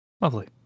lovely